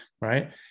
Right